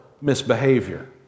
misbehavior